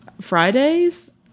Friday's